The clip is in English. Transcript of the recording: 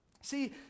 See